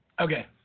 Okay